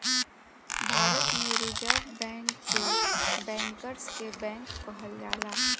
भारत में reserve bank के bankers के बैंक कहल जाला